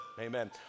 Amen